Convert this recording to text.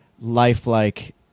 lifelike